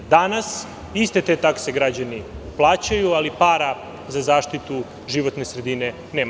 Danas iste te takse građani plaćaju, ali para za zaštitu životne sredine nema.